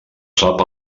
sap